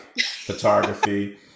photography